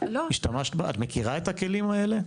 את מכירה את הכלים האלה?